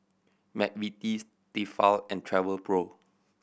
McVitie's Tefal and Travelpro